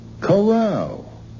Corral